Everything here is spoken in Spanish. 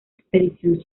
expedición